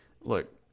look